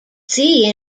sea